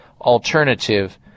Alternative